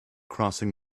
crossing